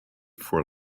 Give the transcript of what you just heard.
for